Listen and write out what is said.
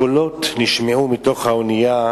הקולות נשמעו מתוך האונייה,